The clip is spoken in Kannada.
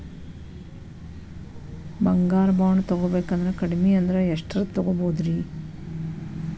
ಬಂಗಾರ ಬಾಂಡ್ ತೊಗೋಬೇಕಂದ್ರ ಕಡಮಿ ಅಂದ್ರ ಎಷ್ಟರದ್ ತೊಗೊಬೋದ್ರಿ?